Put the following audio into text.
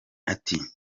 ati